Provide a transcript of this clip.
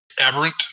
aberrant